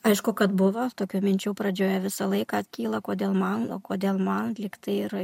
aišku kad buvo tokių minčių pradžioje visą laiką kyla kodėl man kodėl man lygtai ir